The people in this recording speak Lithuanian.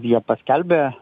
jie paskelbė